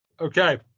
Okay